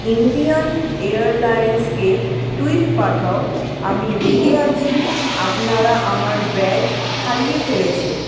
Indian এয়ারলাইন্সকে tweet পাঠাও আমি রেগে আছি আপনারা আমার ব্যাগ হারিয়ে ফেলেছেন